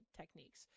techniques